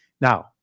Now